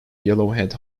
yellowhead